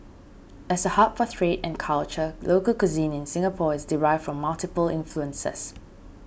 as a hub for trade and culture local cuisine in Singapore is derived from multiple influences